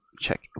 Check